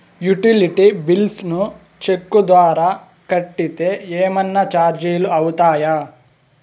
Utility bills ను cheque ద్వారా కట్టితే ఏమన్నా చార్జీలు అవుతాయా?